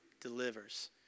delivers